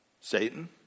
Satan